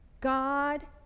God